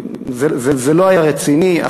זה לא היה רציני.